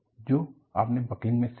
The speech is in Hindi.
जो आपने बकलिंग में सीखा है